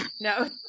no